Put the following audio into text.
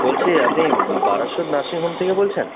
বলছি আপনি Barasat nursing home থেকে বলছেন